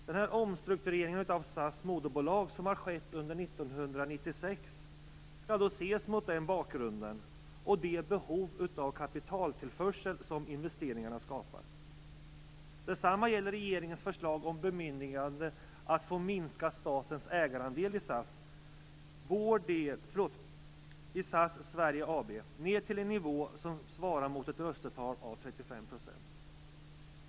Den omstrukturering av SAS moderbolag som har skett under år 1996 skall ses mot den bakgrunden och det behov av kapitaltillförsel som investeringarna skapar. Detsamma gäller regeringens förslag om bemyndigande att få minska statens ägarandel i SAS Sverige AB ned till en nivå som svarar mot ett röstetal av 35 %.